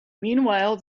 meanwhile